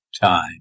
time